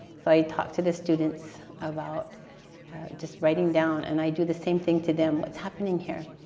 so i talk to the students about just writing down, and i do the same thing to them. what's happening here?